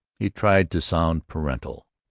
he tried to sound paternal.